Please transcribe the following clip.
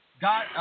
got